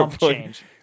Change